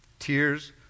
Tears